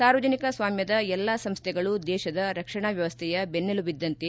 ಸಾರ್ವಜನಿಕ ಸ್ವಾಮ್ಕದ ಎಲ್ಲಾ ಸಂಸ್ಥೆಗಳು ದೇಶದ ರಕ್ಷಣಾ ವ್ಯವಸ್ಥೆಯ ಬೆನ್ನೆಲುಬಿದ್ದಂತೆ